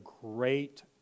great